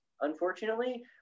unfortunately